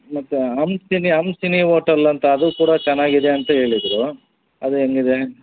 ಮತ್ತೆ ಹಂಸಿನಿ ಹಂಸಿನಿ ಓಟಲ್ ಅಂತ ಅದು ಕೂಡ ಚೆನ್ನಾಗಿದೆ ಅಂತ ಹೇಳಿದ್ರು ಅದು ಹೆಂಗಿದೆ